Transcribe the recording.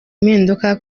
impinduka